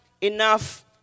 enough